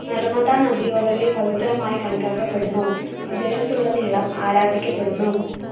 നർമ്മദ നദി വളരെ പവിത്രമായി കണക്കാക്കപ്പെടുന്നു പ്രദേശത്തുടനീളം ആരാധിക്കപ്പെടുന്നു